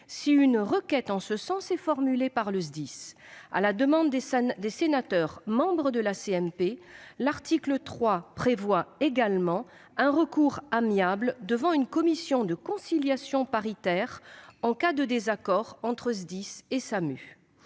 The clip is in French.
si une requête en ce sens est formulée par le SDIS. À la demande des sénateurs membres de la commission mixte paritaire, l'article 3 prévoit également un recours amiable devant une commission de conciliation paritaire en cas de désaccord entre le SDIS et le SAMU.